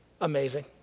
amazing